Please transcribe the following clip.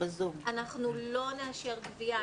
לא נאשר גבייה,